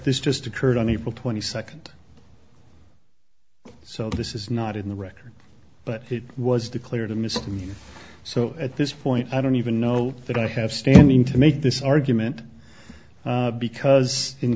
this just occurred on april twenty second so this is not in the record but it was declared a misdemeanor so at this point i don't even know that i have standing to make this argument because in